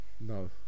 No